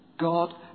God